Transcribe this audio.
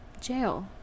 jail